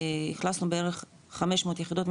אכלסנו בערך חמש מאות יחידות,